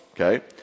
okay